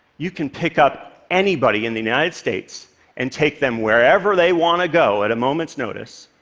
you can pick up anybody in the united states and take them wherever they want to go at a moment's notice,